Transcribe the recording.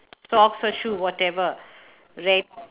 socks or shoe whatever red